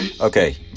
okay